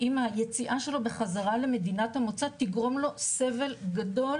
האם היציאה שלו בחזרה למדינת המוצא תגרום לו סבל גדול